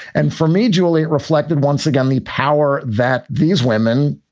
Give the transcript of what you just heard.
and for me, duly reflected once again the power that these women,